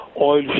oil